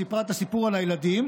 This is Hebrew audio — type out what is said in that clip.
סיפרה את הסיפור על הילדים.